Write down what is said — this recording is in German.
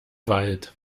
wald